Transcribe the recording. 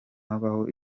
habaho